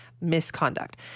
misconduct